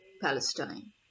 Palestine